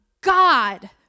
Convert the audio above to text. God